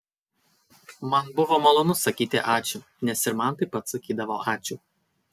man buvo malonu sakyti ačiū nes ir man taip pat sakydavo ačiū